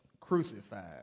crucified